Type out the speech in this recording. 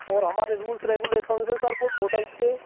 और हमारे rules regulation है सर कुछ होटल के